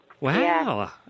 Wow